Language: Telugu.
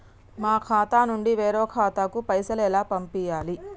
మా ఖాతా నుండి వేరొక ఖాతాకు పైసలు ఎలా పంపియ్యాలి?